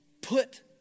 put